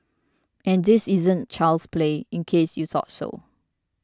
and this isn't child's play in case you thought so